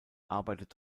arbeitet